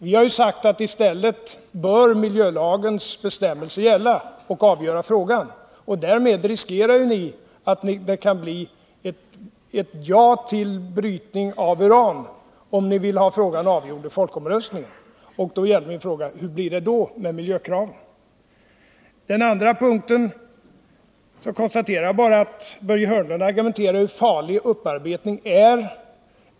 Vi har sagt att i stället bör miljölagens bestämmelser gälla och avgöra frågan. Därmed riskerar ni att det kan bli ett ja till brytning av uran om ni vill ha frågan avgjord i folkomröstningen. Min fråga är: Hur blir det då med miljökraven? För det andra konstaterar jag att Börje Hörnlund bara argumenterar för hur farlig upparbetning är.